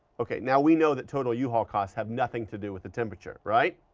okay, now we know that total yeah uhaul cost have nothing to do with the temperature, right?